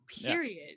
period